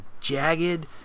jagged